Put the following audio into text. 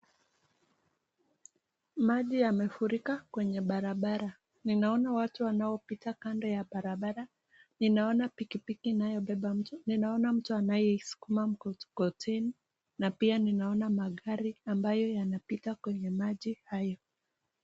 Maji yamefurika kwenye barabara. Ninaona watu wanaopita kando ya barabara, ninaona pikipiki inayo beba mtu, ninaona anayeisukuma mkokoteni na pia ninaona magari yanayopita kwenye maji hayo.